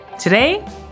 Today